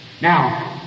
Now